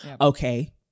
Okay